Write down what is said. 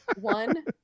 one